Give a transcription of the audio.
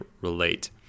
relate